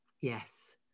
Yes